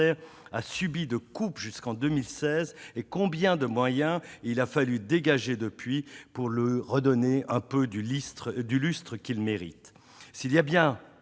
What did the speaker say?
a subi de coupes jusqu'en 2016, et combien de moyens il a fallu dégager depuis lors pour lui redonner un peu du lustre qu'il mérite